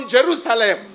Jerusalem